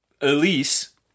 Elise